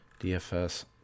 DFS